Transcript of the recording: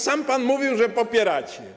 Sam pan mówił, że go popieracie.